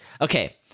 Okay